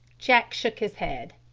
jack shook his head.